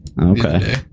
Okay